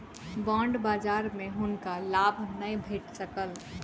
bond बजार में हुनका लाभ नै भेट सकल